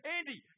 Andy